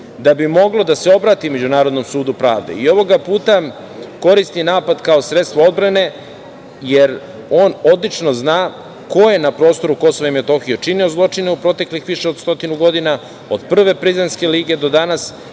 da bi moglo da se obrati Međunarodnom sudu pravde i ovoga puta koristi napad kao sredstvo odbrane jer on odlično zna ko je na prostoru KiM činio zločine u proteklih više od 100 godina, od Prve Prizrenske lige do danas.